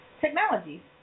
technology